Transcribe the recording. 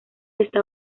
esta